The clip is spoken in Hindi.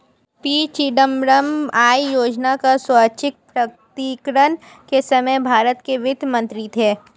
पी चिदंबरम आय योजना का स्वैच्छिक प्रकटीकरण के समय भारत के वित्त मंत्री थे